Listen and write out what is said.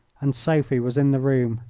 and sophie was in the room.